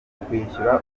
kwishyura